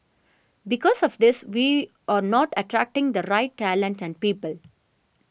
because of this we are not attracting the right talent and people